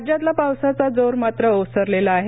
राज्यातला पावसाचा जोर मात्र ओसरलेला आहे